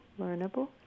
learnable